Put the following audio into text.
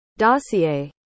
Dossier